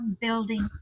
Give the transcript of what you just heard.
building